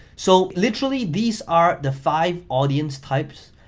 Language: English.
so literally, these are the five audience types,